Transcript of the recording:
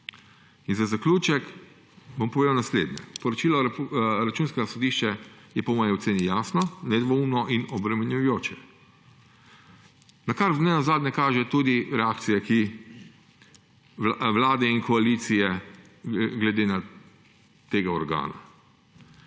Za zaključek bom povedal naslednje. Poročilo Računskega sodišča je po moji oceni jasno, nedvoumno in obremenjujoče, na kar kaže ne nazadnje tudi reakcija Vlade in koalicije glede tega organa.